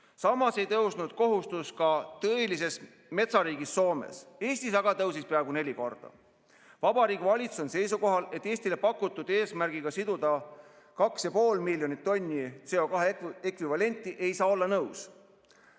Samas ei tõusnud kohustus ka tõelises metsariigis Soomes, Eestis aga tõusis see peaaegu neli korda. Vabariigi Valitsus on seisukohal, et Eestile pakutud eesmärgiga siduda 2,5 miljonit tonni CO2ekvivalenti ei saa olla nõus.